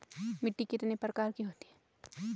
मिट्टी कितने प्रकार की होती है?